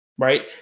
right